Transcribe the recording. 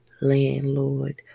landlord